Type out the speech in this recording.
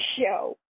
show